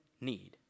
need